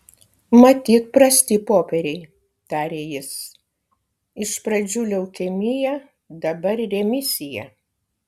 matyt prasti popieriai tarė jis iš pradžių leukemija dabar remisija